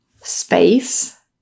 space